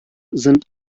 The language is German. sind